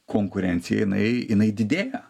konkurencija jinai jinai didėja